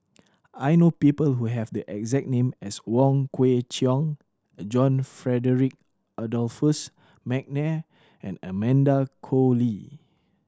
I know people who have the exact name as Wong Kwei Cheong John Frederick Adolphus McNair and Amanda Koe Lee